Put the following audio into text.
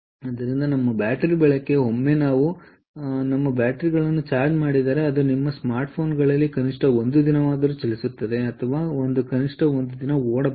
ಆದ್ದರಿಂದ ನಮ್ಮ ಬ್ಯಾಟರಿ ಬಾಳಿಕೆ ಒಮ್ಮೆ ನಾವು ನಮ್ಮ ಬ್ಯಾಟರಿಗಳನ್ನು ಚಾರ್ಜ್ ಮಾಡಿದರೆ ಅದು ನಿಮ್ಮ ಸ್ಮಾರ್ಟ್ ಫೋನ್ಗಳಲ್ಲಿ ಕನಿಷ್ಠ ಒಂದು ದಿನವಾದರೂ ಚಲಿಸುತ್ತದೆ ಅಥವಾ ಅದು ಕನಿಷ್ಠ ಒಂದು ದಿನ ಓಡಬೇಕು